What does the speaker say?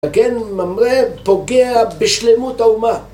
הגן ממראה פוגע בשלמות האומה